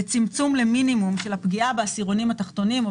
לצמצום למינימום של הפגיעה בעשירונים התחתונים או